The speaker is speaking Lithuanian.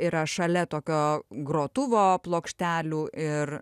yra šalia tokio grotuvo plokštelių ir